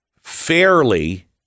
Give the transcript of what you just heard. fairly